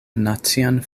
nacian